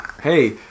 hey